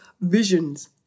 visions